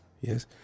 yes